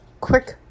quick